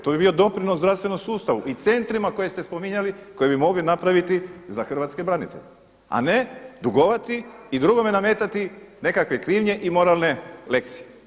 To bi bio doprinos zdravstvenom sustavu i centrima koje ste spominjali koje bi mogli napraviti za hrvatske branitelje, a ne dugovati i drugome nametati nekakve krivnje i moralne lekcije.